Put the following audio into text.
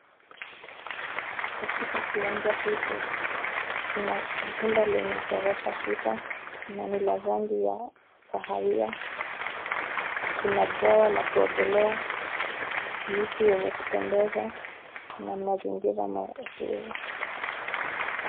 Katika kiwanja hiki, kuna jumba lenye gorofa sita na ni la rangi ya kahawia. Kuna bwawa la kuogelea, miti yenye kupendeza na mazingira mazuri.